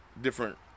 different